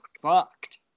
fucked